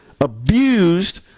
abused